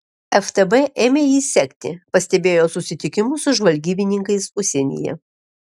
ftb ėmė jį sekti pastebėjo susitikimus su žvalgybininkais užsienyje